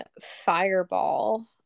Fireball